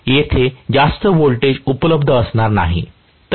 तर येथे जास्त व्होल्टेज उपलब्ध असणारच नाही